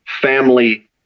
family